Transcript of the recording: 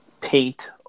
paint